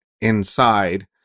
inside